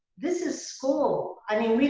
this is school, i mean,